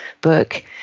book